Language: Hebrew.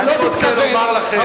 אני רוצה לומר לכם,